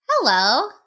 hello